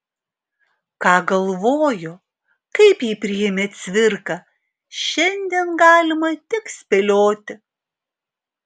ką galvojo kaip jį priėmė cvirka šiandien galima tik spėlioti